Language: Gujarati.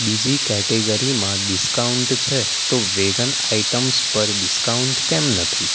બીજી કેટેગરીમાં ડિસ્કાઉન્ટ છે તો વેગન આઇટમ્સ પર ડિસ્કાઉન્ટ કેમ નથી